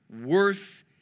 worth